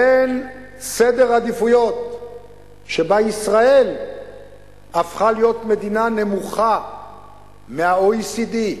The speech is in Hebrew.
בין סדר עדיפויות שבו ישראל הפכה להיות מדינה נמוכה מה-OECD,